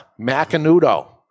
Macanudo